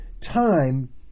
time